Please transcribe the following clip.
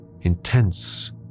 intense